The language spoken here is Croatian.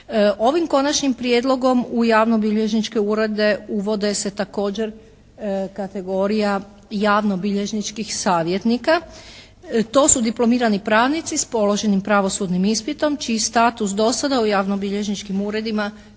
Ovim konačnim prijedlogom u javno-bilježničke urede uvodi se također kategorija javno-bilježničkih savjetnika. To su diplomirani pravnici s položenim pravosudnim ispitom čiji status do sada u javno-bilježničkim uredima